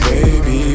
Baby